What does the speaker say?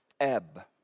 ebb